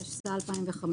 התשס"ה-2005,